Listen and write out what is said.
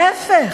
להפך,